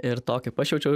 ir to kaip aš jaučiau